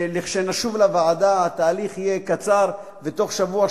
שכשנשוב לוועדה התהליך יהיה קצר ותוך שבוע,